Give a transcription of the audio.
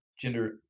gender